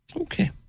Okay